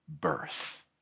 birth